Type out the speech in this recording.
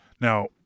now